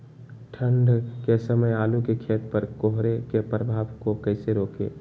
ठंढ के समय आलू के खेत पर कोहरे के प्रभाव को कैसे रोके?